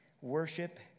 worship